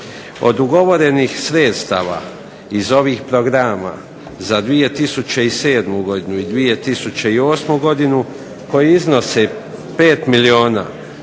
Od ugovorenih sredstava iz ovih programa za 2007. godinu i 2008. godinu koji iznose 5 milijuna